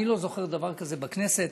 אני לא זוכר דבר כזה בכנסת,